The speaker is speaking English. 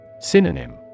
Synonym